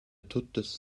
tuttas